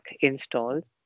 installs